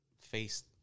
face